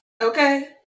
okay